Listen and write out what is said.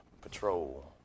patrol